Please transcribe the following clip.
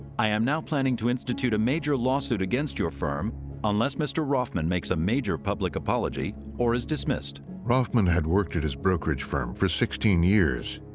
i am now planning to institute a major lawsuit against your firm unless mr. roffman makes a major public apology or is dismissed. narrator roffman had worked at his brokerage firm for sixteen years.